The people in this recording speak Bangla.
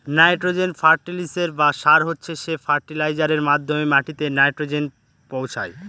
নাইট্রোজেন ফার্টিলিসের বা সার হচ্ছে সে ফার্টিলাইজারের মাধ্যমে মাটিতে নাইট্রোজেন পৌঁছায়